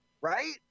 right